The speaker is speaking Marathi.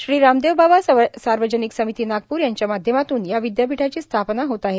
श्री रामदेवबाबा सार्वजनिक समिती नागपूर यांच्या माध्यमातून या विदयापीठाची स्थापना होत आहे